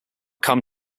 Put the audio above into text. come